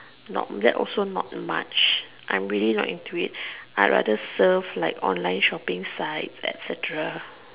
not that also not much I'm really not into it I rather surf like online shopping sites etcetera